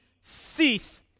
cease